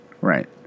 right